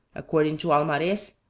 according to almarez,